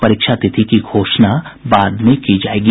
परीक्षा तिथि की घोषणा बाद में की जायेगी